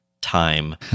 time